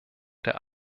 der